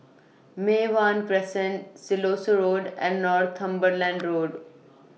Mei Hwan Crescent Siloso Road and Northumberland Road